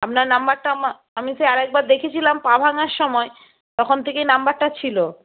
আপনার নাম্বারটা আমি সেই আরেকবার দেখিয়েছিলাম পা ভাঙার সময় তখন থেকেই নাম্বারটা ছিল